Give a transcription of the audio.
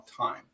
time